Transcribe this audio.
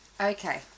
Okay